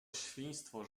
świństwo